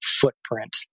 footprint